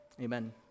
Amen